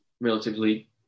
relatively